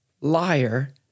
liar